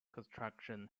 construction